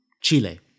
Chile